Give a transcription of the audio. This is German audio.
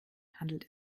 handelt